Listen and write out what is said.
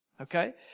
Okay